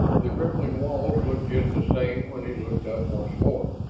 the rippling walls looked just the same when he looked up once more,